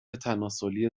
تناسلی